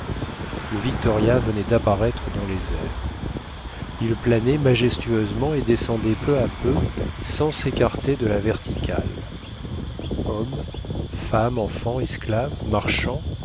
le victoria venait d'apparaître dans les airs il planait majestueusement et descendait peu à peu sans s'écarter de la verticale hommes femmes enfants esclaves marchands